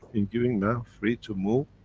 in giving man free to move,